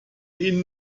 ihn